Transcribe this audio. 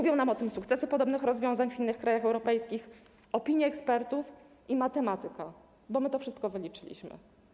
Świadczą o tym sukcesy podobnych rozwiązań w innych krajach europejskich, opinie ekspertów i matematyka, bo to wszystko wyliczyliśmy.